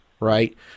Right